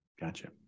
Gotcha